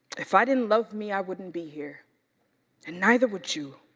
if i didn't love me, i wouldn't be here and neither would you.